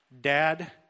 dad